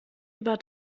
über